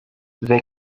the